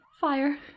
Fire